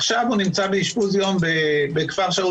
עכשיו הוא נמצא באשפוז יום בכפר שאול